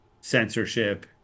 censorship